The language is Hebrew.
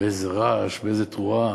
באיזה רעש, באיזה תרועה,